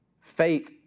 faith